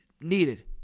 needed